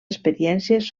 experiències